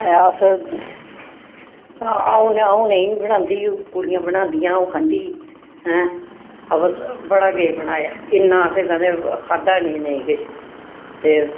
अस अ'ऊं अ'ऊं नेईं बी बनांदी ही कुड़ियां बनांदियां अ'ऊं खंदी ही हैं बाऽ बड़ा किश बनाया ते इन्ना असें खाद्धा निं नेईं किश ते